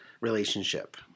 relationship